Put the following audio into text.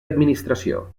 administració